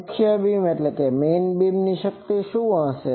મુખ્ય બીમ માં શક્તિ શું છે